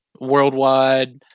worldwide